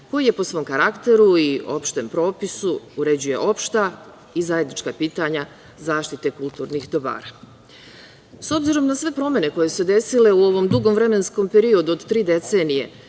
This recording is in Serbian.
koji po svom karakteru i opštem propisu uređuje opšta i zajednička pitanja zaštite kulturnih dobara.S obzirom na sve promene koje su se desile u ovom dugom vremenskom periodu od tri decenije,